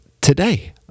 today